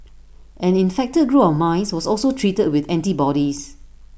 an infected group of mice was also treated with antibodies